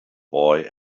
boy